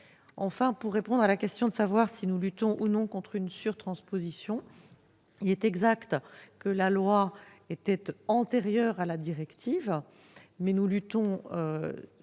Enfin, pour répondre à la question de savoir si nous luttons ou non contre une surtransposition, il est exact que la loi était antérieure à la directive, mais nous luttons